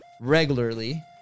regularly